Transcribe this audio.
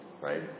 right